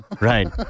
Right